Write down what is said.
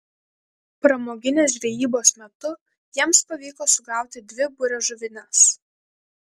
pramoginės žvejybos metu jiems pavyko sugauti dvi buriažuvines